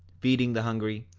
feeding the hungry,